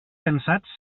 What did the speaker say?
cansats